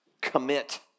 commit